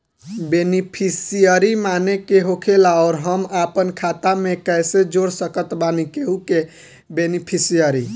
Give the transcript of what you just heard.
Beneficiary माने का होखेला और हम आपन खाता मे कैसे जोड़ सकत बानी केहु के बेनीफिसियरी?